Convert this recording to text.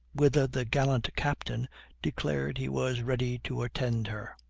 whither the gallant captain declared he was ready to attend her.